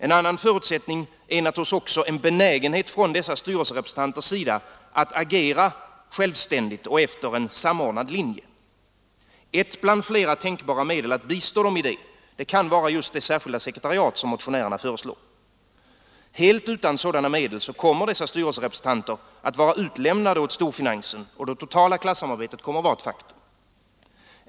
En annan förutsättning är en benägenhet från dessa styrelserepresentanters sida att agera självständigt och efter en samordnad linje. Ett bland flera tänkbara medel för att bistå dem häri kan vara just det särskilda sekretariat som motionärerna föreslår. Helt utan sådana medel kommer dessa styrelserepresentanter att vara utlämnade åt storfinansen, och det totala klassammarbetet kommer att vara ett faktum.